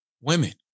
women